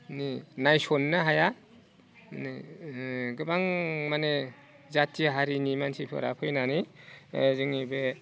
नै नायसननो हाया माने गोबां माने जाथि हारिनि मानसिफोरा फैनानै जोंनि बे